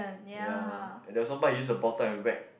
ya and there was one time he used a bottle and whack